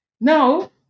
now